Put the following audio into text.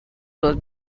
los